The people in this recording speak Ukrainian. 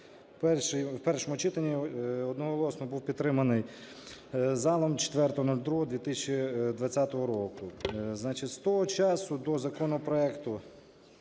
в першому читанні одноголосно був підтриманий залом 04.02.2020 року. З того часу до законопроекту